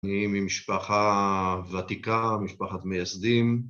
אני ממשפחה ותיקה, משפחת מייסדים.